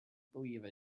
believe